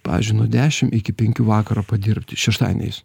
pavyzdžiui nuo dešimt iki penkių vakaro padirbti šeštadieniais